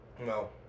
No